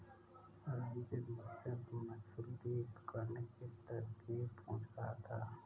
रंजित मुझसे मछली पकड़ने की तरकीब पूछ रहा था